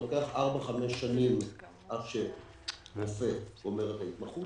זה לוקח ארבע-חמש שנים עד שרופא מסיים את ההתמחות,